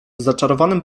zaczarowanym